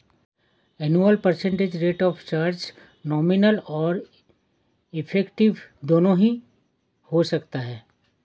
annual percent rate of charge nominal और effective दोनों हो सकता है